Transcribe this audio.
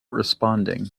responding